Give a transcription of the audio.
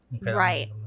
Right